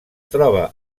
troba